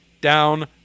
down